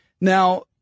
Now